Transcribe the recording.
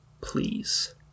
please